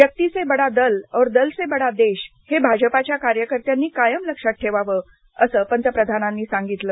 व्यक्ती से बडा दल और दल से बडा देश हे भाजपा कार्यकर्त्यांनी कायम लक्षात ठेवावं असं पंतप्रधानांनी सागितलं